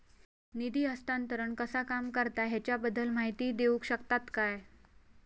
निधी हस्तांतरण कसा काम करता ह्याच्या बद्दल माहिती दिउक शकतात काय?